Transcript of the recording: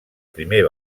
primer